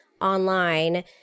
online